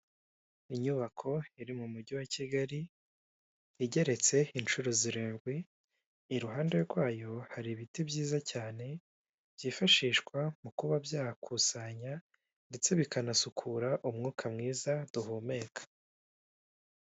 Inyubako iri mu mujyi wa Kigali igeretse inshuro zirindwi, iruhande rwayo hari ibiti byiza cyane byifashishwa mu kuba byakusanya ndetse bikanasukura umwuka mwiza duhumeka.